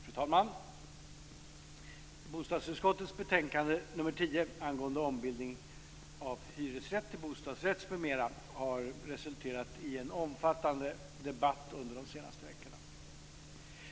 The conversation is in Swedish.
Fru talman! Bostadsutskottets betänkande nr 10 angående ombildning av hyresrätt till bostadsrätt m.m. har resulterat i en omfattande debatt under de senaste veckorna.